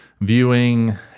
viewing